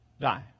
die